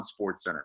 SportsCenter